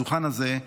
מעל הדוכן הזה,